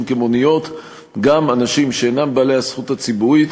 כמוניות גם אנשים שאינם בעלי הזכות הציבורית